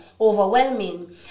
overwhelming